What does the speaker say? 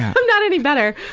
i'm not any better.